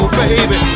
baby